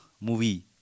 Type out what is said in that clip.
movie